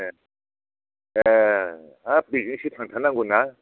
ए ए हाब बेजोंसो थांथारनांगौ ना